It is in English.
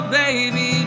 baby